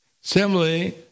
Similarly